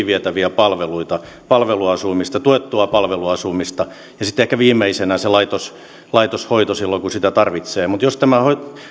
vietäviä palveluita palveluasumista tuettua palveluasumista ja sitten ehkä viimeisenä se laitoshoito silloin kun sitä tarvitsee jos tämä